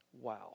Wow